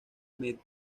medias